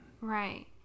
Right